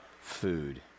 food